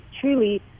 truly